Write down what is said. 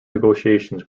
negotiations